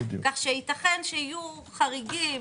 כך שייתכן שיהיו חריגים.